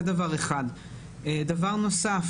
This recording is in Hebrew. דבר נוסף: